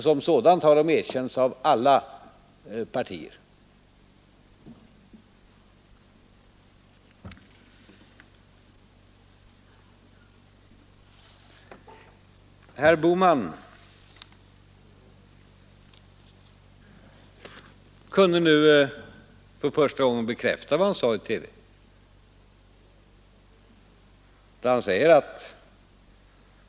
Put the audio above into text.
Som sådant har det erkänts av alla partier. Herr Bohman kunde nu för första gången bekräfta vad han sade i TV.